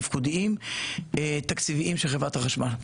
תפעוליים ותקציביים של חברת החשמל.